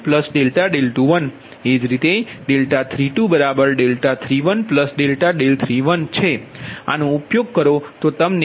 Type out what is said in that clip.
22δ21∆21એ જ રીતે 32 δ3131 છે આનો ઉપયોગ કરો તો તમને 3